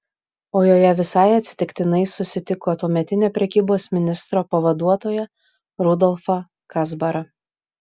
o joje visai atsitiktinai susitiko tuometinio prekybos ministro pavaduotoją rudolfą kazbarą